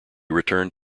returned